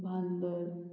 Chandor